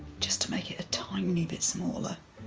just to make it a tiny bit smaller.